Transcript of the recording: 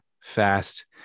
fast